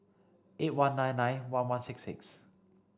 eight one nine nine one one six six